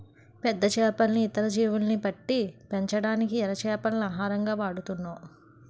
పెద్ద చేపల్ని, ఇతర జీవుల్ని పట్టి పెంచడానికి ఎర చేపల్ని ఆహారంగా వాడుతున్నాం